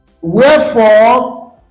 Wherefore